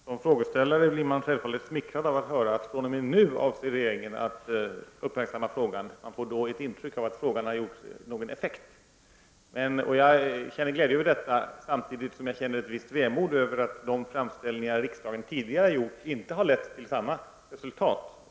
Herr talman! Som frågeställare blir man självfallet smickrad av att höra att regeringen fr.o.m. nu avser att uppmärksamma frågan. Man får då ett intryck av att frågan har haft någon effekt. Det gläder mig samtidigt som jag känner ett visst vemod över att de framställningar som riksdagen tidigare har gjort inte har lett till samma resultat.